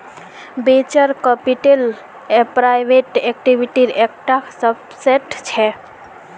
venture capital private इक्विटीर एक टा सबसेट छे